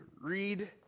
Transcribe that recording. read